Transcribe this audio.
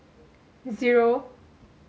zero